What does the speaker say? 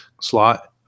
Slot